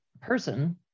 person